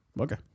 Okay